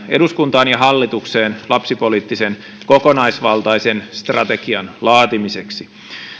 eduskuntaan ja hallitukseen lapsipoliittisen kokonaisvaltaisen strategian laatimiseksi